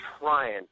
trying